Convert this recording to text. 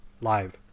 live